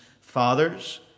fathers